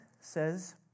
says